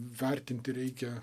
vertinti reikia